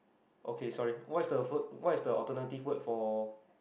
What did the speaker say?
okay sorry what is the first what is the alternative word for